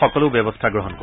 সকলো ব্যৱস্থা গ্ৰহণ কৰিব